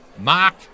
Mark